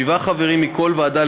שבעה חברים מכל ועדה,